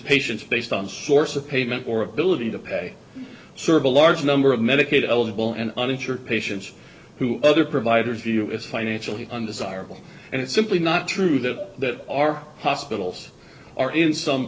patients based on source of payment or ability to pay serve a large number of medicaid eligible and uninsured patients who other providers view is financially undesirable and it's simply not true that our hospitals are in some